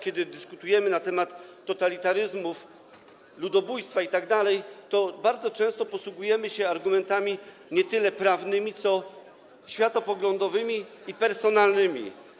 Kiedy dyskutujemy na temat totalitaryzmów, ludobójstwa itd., bardzo często posługujemy się argumentami nie tyle prawnymi, co światopoglądowymi i personalnymi.